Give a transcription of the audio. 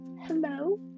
hello